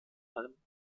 allem